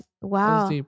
wow